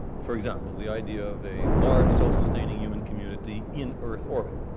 for example, the idea of a large, self-sustaining human community in earth orbit,